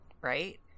right